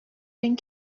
این